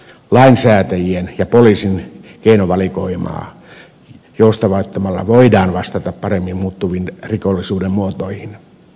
lainsäätäjien ja poliisin keinovalikoimaa joustavoittamalla voidaan vastata paremmin muuttuviin rikollisuuden muotoihin